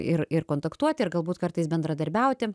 ir ir kontaktuoti ir galbūt kartais bendradarbiauti